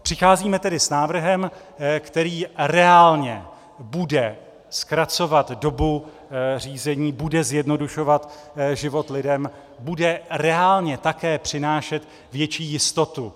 Přicházíme tedy s návrhem, který reálně bude zkracovat dobu řízení, bude zjednodušovat život lidem, bude reálně také přinášet větší jistotu.